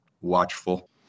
watchful